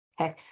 Okay